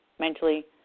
mentally